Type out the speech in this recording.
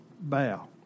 bow